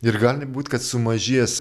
ir gali būt kad sumažės